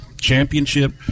championship